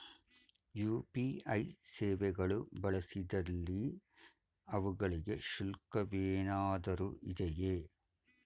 UPI ಸೇವೆಗಳು ಬಳಸಿದಲ್ಲಿ ಅವುಗಳಿಗೆ ಶುಲ್ಕವೇನಾದರೂ ಇದೆಯೇ?